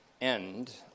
end